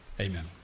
amen